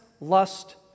lust